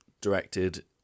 directed